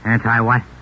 Anti-what